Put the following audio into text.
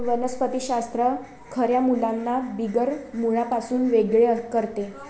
वनस्पति शास्त्र खऱ्या मुळांना बिगर मुळांपासून वेगळे करते